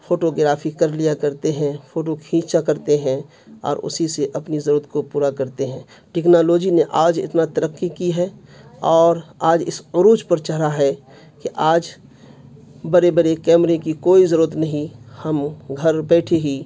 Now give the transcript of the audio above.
photography کر لیا کرتے ہیں فوٹو کھینچا کرتے ہیں اور اسی سے اپنی ضرورت کو پورا کرتے ہیں ٹیکنالوجی نے آج اتنا ترقی کی ہے اور آج اس عروج پر چڑھا ہے کہ آج بڑے بڑے کیمرے کی کوئی ضرورت نہیں ہم گھر بیٹھے ہی